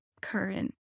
current